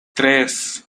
tres